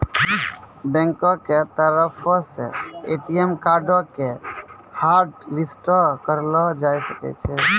बैंको के तरफो से ए.टी.एम कार्डो के हाटलिस्टो करलो जाय सकै छै